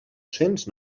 cents